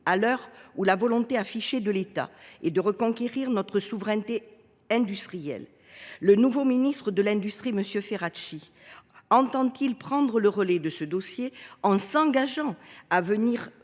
À l’heure où la volonté affichée de l’État est de reconquérir notre souveraineté industrielle, le nouveau ministre de l’industrie, M. Ferracci, entend il prendre le relais de ce dossier en s’engageant à venir